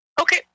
Okay